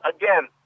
again